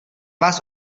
vás